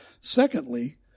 Secondly